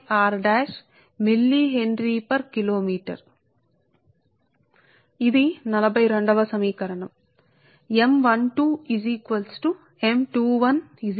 4605 log 1D కు D milli henry kilometre కాబట్టి D1 ని మైనస్ తీసుకొంటే ఇక్కడ log 1D అవుతుంది